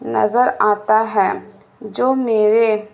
نظر آتا ہے جو میرے